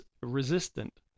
resistant